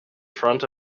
front